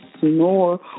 snore